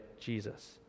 Jesus